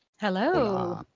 Hello